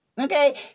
Okay